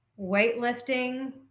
weightlifting